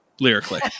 Lyrically